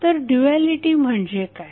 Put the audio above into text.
तर ड्युएलिटी म्हणजे काय